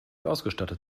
ausgestattet